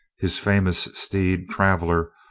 his famous steed, traveller,